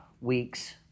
weeks